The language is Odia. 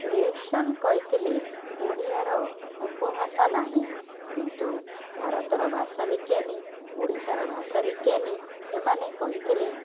କ୍ରେସନ୍ କହିଥିଲେ ଓଡ଼ିଆର ଉପଭାଷା ନାହିଁ କିନ୍ତୁ ଭାରତର ଭାଷା ବିଜ୍ଞାନୀ ଓଡ଼ିଶାର ଭାଷା ବିଜ୍ଞାନୀ ଏମାନେ କହିଥିଲେ